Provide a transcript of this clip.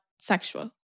sexual